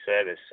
service